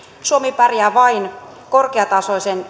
suomi pärjää vain korkeatasoisen